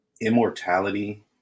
immortality